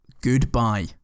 goodbye